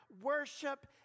worship